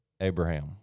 Abraham